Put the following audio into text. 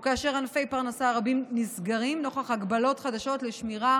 או כאשר ענפי פרנסה רבים נסגרים נוכח הגבלות חדשות לשמירה